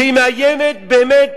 שמאיימת באמת